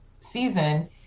season